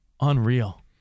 Unreal